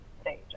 stage